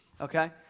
Okay